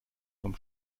vom